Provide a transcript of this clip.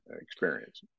experience